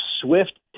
swift